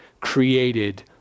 created